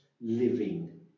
living